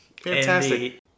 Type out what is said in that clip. Fantastic